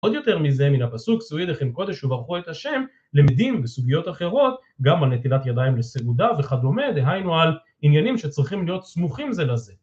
עוד יותר מזה מן הפסוק שאו ידיכם קודש וברכו את השם למדים בסוגיות אחרות גם על נטילת ידיים לסעודה וכדומה דהיינו על עניינים שצריכים להיות סמוכים זה לזה